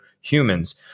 humans